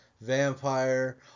Vampire